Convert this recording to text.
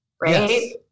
Right